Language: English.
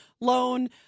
loan